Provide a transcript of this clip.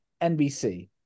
NBC